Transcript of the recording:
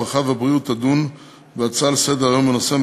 הרווחה והבריאות תדון בהצעות לסדר-היום בנושא: